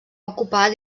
ocupar